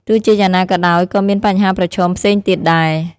ទោះជាយ៉ាងណាក៏ដោយ ក៏មានបញ្ហាប្រឈមផ្សេងទៀតដែរ។